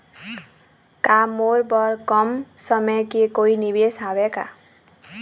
का मोर बर कम समय के कोई निवेश हावे का?